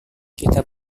kita